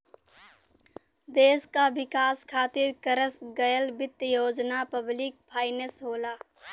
देश क विकास खातिर करस गयल वित्त योजना पब्लिक फाइनेंस होला